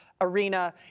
arena